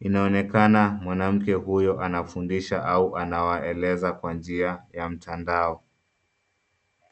Inaonekana mwanamke huyu anafundisha au anawaeleza kwa njia ya mtandao.